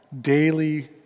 Daily